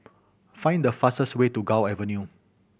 find the fastest way to Gul Avenue